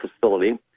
facility